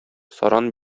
саран